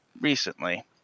recently